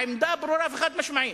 העמדה ברורה וחד-משמעית.